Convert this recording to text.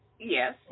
Yes